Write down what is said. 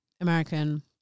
American